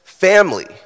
family